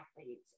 athletes